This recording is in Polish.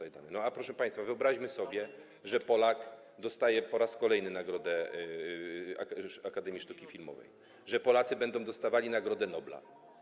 A proszę państwa, wyobraźmy sobie, że Polak dostaje po raz kolejny nagrodę Akademii Sztuki Filmowej, że Polacy będą dostawali Nagrodę Nobla.